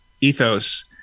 ethos